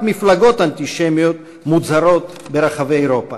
מפלגות אנטישמיות מוצהרות ברחבי אירופה.